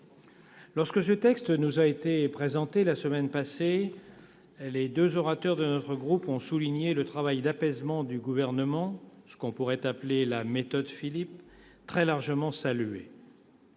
Lorsque ce texte nous a été présenté, la semaine passée, les deux orateurs de notre groupe ont souligné le travail d'apaisement du Gouvernement, ce que l'on pourrait appeler la « méthode Philippe », très largement saluée.